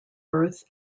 birth